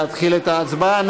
להתחיל את ההצבעה.